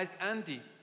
Andy